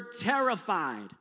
terrified